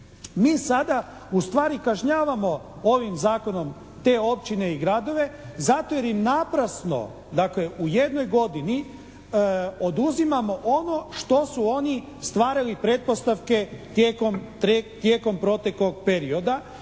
Mi sada ustvari kažnjavamo ovim zakonom te općine i gradove zato jer im naprosto dakle u jednoj godini oduzimamo ono što su oni stvarali pretpostavke tijekom proteklog perioda.